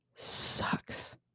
sucks